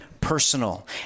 personal